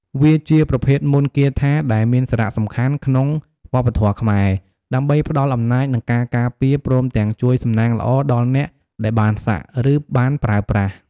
វាជាប្រភេទមន្តគាថា ដែលមានសារៈសំខាន់ក្នុងវប្បធម៌ខ្មែរ ដើម្បីផ្ដល់អំណាច និងការការពារ ព្រមទាំងជួយសំណាងល្អដល់អ្នកដែលបានសាក់ ឬបានប្រើប្រាស់។